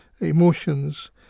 Emotions